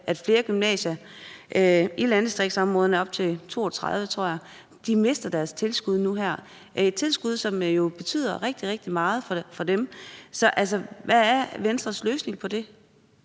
at flere gymnasier i landdistriktsområderne – op til 32 tror jeg – mister deres tilskud nu her. Det er et tilskud, som jo betyder rigtig, rigtig meget for dem. Så hvad er Venstres løsning på det?